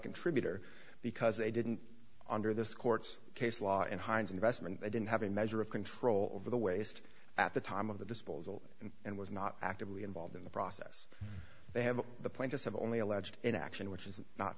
contributor because they didn't under this court's case law and hines investment i didn't have a measure of control over the waste at the time of the disposal and and was not actively involved in the process they have the plaintiffs have only alleged in action which is not